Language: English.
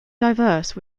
diverse